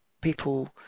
people